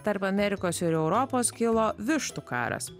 tarp amerikos ir europos kilo vištų karas